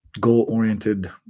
goal-oriented